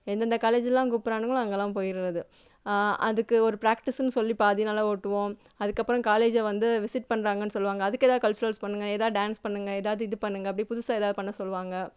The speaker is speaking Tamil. எந்தெந்த காலேஜெலாம் கூப்பிட்றானுங்களோ அங்கெலாம் போயிடுறது அதுக்கு ஒரு பிராக்டிஸ்னு சொல்லி பாதி நாளை ஓட்டுவோம் அதுக்கப்புறம் காலேஜை வந்து விசிட் பண்ணுறாங்கன்னு சொல்வாங்க அதுக்கு ஏதாவது கல்ச்சுரல்ஸ் பண்ணுங்க எதாது டான்ஸ் பண்ணுங்க எதாவது இது பண்ணுங்க அப்படி புதுசாக எதாவது பண்ண சொல்வாங்க